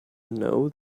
know